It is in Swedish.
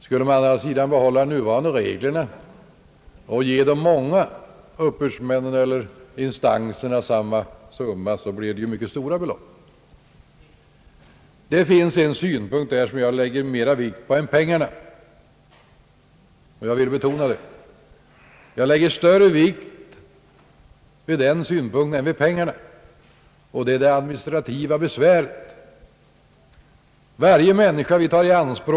Skulle man å andra sidan följa de nuvarande reglerna och ge de många uppbördsinstanserna samma ersättning som tidigare, blir det ju mycket stora totalbelopp. Det är en sak i detta sammanhang som jag lägger större vikt vid än pengarna — det vill jag betona — och det är det administrativa besväret med uppbörd, deklarationer och redovisningar.